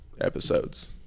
episodes